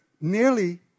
nearly